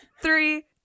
Three